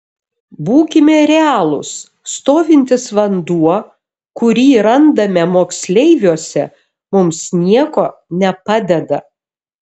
būkime realūs stovintis vanduo kurį randame moksleiviuose mums nieko nepadeda